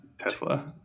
tesla